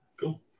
Cool